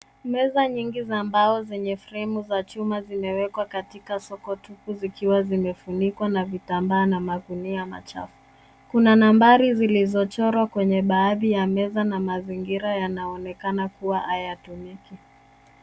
Meza nyingi za mbao zenye fremu ya chuma zimewekwa kwenye soko tupu zikiwa zimefunikwa na vitambaa na magunia machafu. Kuna nambari zilizochorwa kwenye baadhi ya meza na mazingira yanaonekana kuwa hayatumiki.